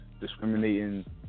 discriminating